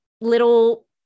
little